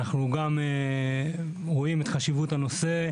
אנחנו גם רואים את חשיבות הנושא.